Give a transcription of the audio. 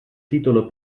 titolo